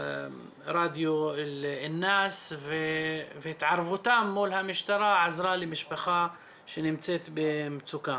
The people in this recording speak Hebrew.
ברדיו אל אינאס והתערבותם מול המשטרה עזרה למשפחה שנמצאת במצוקה.